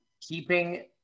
keeping